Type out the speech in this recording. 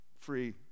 free